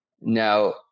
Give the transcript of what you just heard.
Now